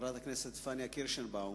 חברת הכנסת פניה קירשנבאום,